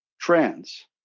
trends